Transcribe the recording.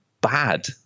bad